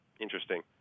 Interesting